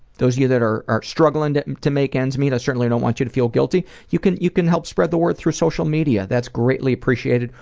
those of you that are are struggling to make ends meet, i certainly don't want you to feel guilty. you can you can help spread the word through social media, that's greatly appreciated,